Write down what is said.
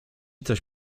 coś